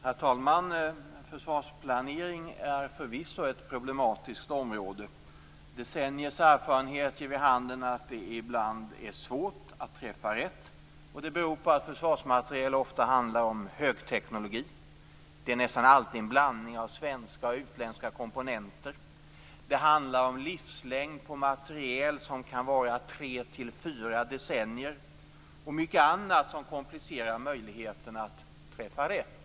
Herr talman! Försvarsplanering är förvisso ett problematiskt område. Decenniers erfarenhet ger vid handen att det ibland är svårt att träffa rätt. Det beror på att försvarsmateriel ofta handlar om högteknologi. Det är nästan alltid en blandning av svenska och utländska komponenter. Det handlar om livslängd på materiel som kan vara tre till fyra decennier och mycket annat som komplicerar möjligheterna att träffa rätt.